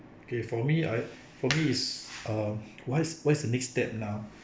okay for me I for me is uh what is what is the next step now